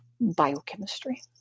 biochemistry